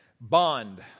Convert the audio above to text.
Bond